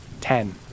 Ten